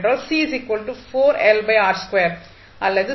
என்றால் அல்லது